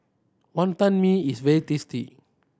Wonton Mee is very tasty